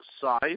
side